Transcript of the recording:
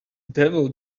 devil